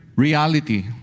Reality